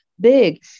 big